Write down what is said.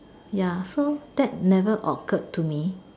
ya so that never occurred to me